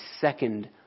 second